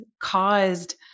caused